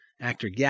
actor